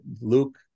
Luke